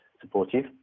supportive